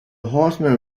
horseman